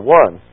one